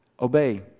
obey